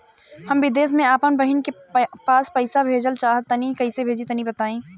हम विदेस मे आपन बहिन के पास पईसा भेजल चाहऽ तनि कईसे भेजि तनि बताई?